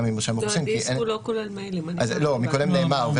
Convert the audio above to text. ממרשם האוכלוסין כי -- הדיסק לא כולל מיילים -- קודם נאמר,